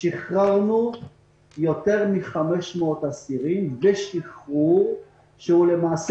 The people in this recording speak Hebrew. שחררנו יותר מ-500 אסירים בשחרור שהוא למעשה